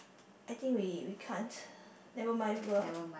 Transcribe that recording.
I think we we can't never mind we will